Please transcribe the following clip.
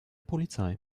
polizei